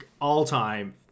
all-time